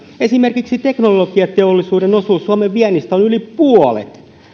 esimerkiksi teknologiateollisuuden osuus suomen viennistä on yli puolet